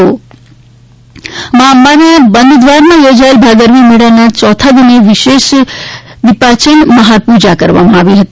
અંબાજી આરતી માઁ અંબાના બંધ દ્વારમાં યોજાયેલા ભાદરવી મેળાના યોથો દિને વિશેષ દિપાચન મહાર પૂજા કરવામાં આવી હતી